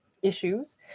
Issues